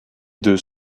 deux